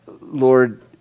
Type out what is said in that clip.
Lord